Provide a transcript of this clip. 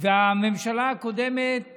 והממשלה הקודמת